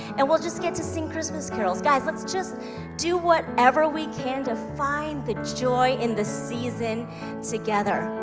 and we'll just get to sing christmas carols. guy, let's just do whatever we can to find the joy in the season together.